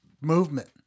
movement